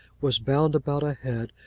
was bound about a head,